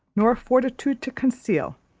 nor fortitude to conceal,